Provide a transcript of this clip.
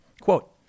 Quote